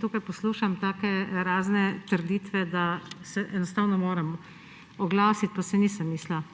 tukaj poslušam take razne trditve, da se enostavno moram oglasiti, pa se nisem mislila.